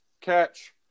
catch